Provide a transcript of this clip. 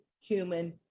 human